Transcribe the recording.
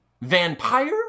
Vampire